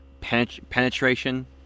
penetration